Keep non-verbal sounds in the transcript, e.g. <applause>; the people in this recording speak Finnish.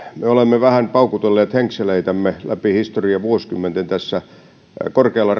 me olemme vähän paukutelleet henkseleitämme läpi historian vuosikymmenten korkealla <unintelligible>